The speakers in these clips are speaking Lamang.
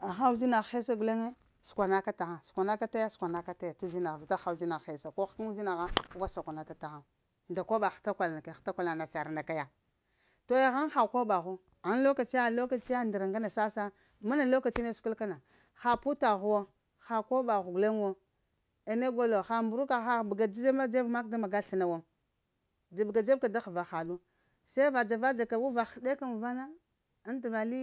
Ha uzinah hesa guleŋe səkwana tahan, səkwana ka taya səkwana taya t'uzinah vita haha uzinah hesa ko həkəna uzina ha gu ka sakwa na ta tahay guka sakwana tahaŋ nda koɓah hətakwal na kaya hətakwala nasar na ka ya to aya ha koɓa ghu? Gha lokaciya lokaciya ndra sasa, mana lokacye səkwal kana, ha kotah wo, ha koɓagh guleŋ wo aya ne go lo ha mbəruka ghu kam ha bəga da dzeb ka da maga sləna wo, da da bəga dzeb ka da həva haɗu se va dzava dzava ka to uvaha heɗeka mun va vana ŋ t'va li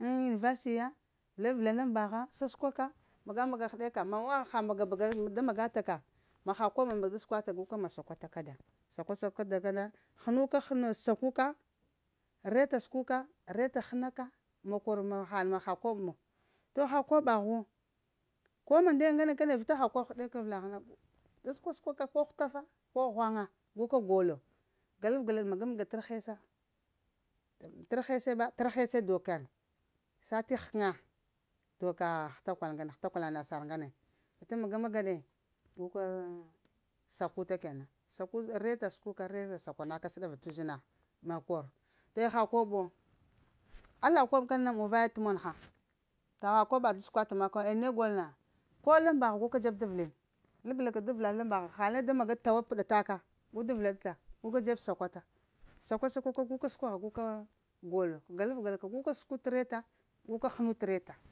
liverstiya, labka laŋ mbagha sasəkwa maŋa-maga heɗeka mbawa ha bəga da maga ta ka, ma ha koɓa ma da səkwa ta ka gu ka ma sakwata kada, sakwa sakwa ka kada kana, hənuka həna sakwuka, reta səkwu ka reta hənu ka, makor hal makwa to ha koɓa ghu ko mande kana vita ha koɓ heɗeki avəlagh na gu da səkwata səkwa ka ko hutafa ko ghwaya gu ka golo galəf galaɗ maga-maga tər hesa, ter hesa, tər hesa dokaa sati ghəkəna doka həta kwal ŋgane hətakwala nasar ŋgane vita maga-maga ɗe, guka sakuta kenan sa ku, reta səkuka reta sakwana ka səɗaghva t'uzina ha makor aya ha koɓ wo ala kob kana na mun vaye t'mon ghaŋ ka koɓa da səkwa ta maku aya ne gol na, ko lambagha guka dzeb da vəlini labla ka da vəla lambagha ha la da maga tawa pəɗa taka gu da vəlaɗata gu ka da dzeb sakwata, saka-sakwa ka guka golo, galaf gala ka guka səkwa t'reta guka hənu t'reta